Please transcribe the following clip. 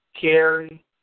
carry